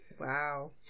Wow